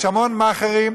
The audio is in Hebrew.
יש המון מאכערים,